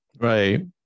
Right